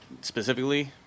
specifically